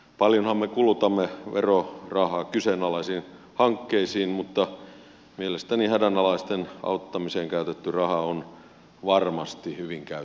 paljonhan me kulutamme verorahaa kyseenalaisiin hankkeisiin mutta mielestäni hädänalaisten auttamiseen käytetty raha on varmasti hyvin käytettyä rahaa